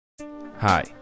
Hi